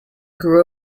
grew